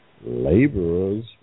laborers